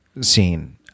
scene